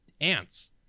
ants